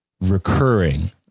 recurring